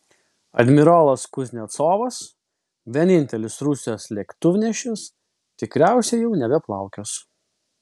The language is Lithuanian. admirolas kuznecovas vienintelis rusijos lėktuvnešis tikriausiai jau nebeplaukios